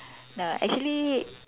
no actually